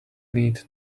need